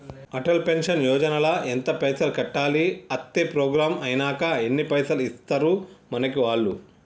Atal pension Yojana ల ఎంత పైసల్ కట్టాలి? అత్తే ప్రోగ్రాం ఐనాక ఎన్ని పైసల్ ఇస్తరు మనకి వాళ్లు?